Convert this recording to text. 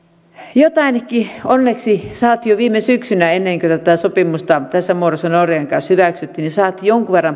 jotain onneksi saatiin jo viime syksynä ennen kuin tätä sopimusta tässä muodossa norjan kanssa hyväksyttiin saatiin jonkun verran